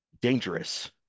dangerous